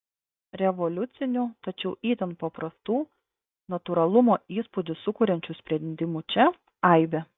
revoliucinių tačiau itin paprastų natūralumo įspūdį sukuriančių sprendimų čia aibė